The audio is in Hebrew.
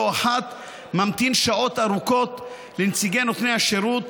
אחת ממתין שעות ארוכות לנציגי נותני השירות,